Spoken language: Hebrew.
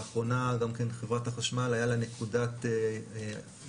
לאחרונה גם כן חברת החשמל, היה לה נקודת יציאה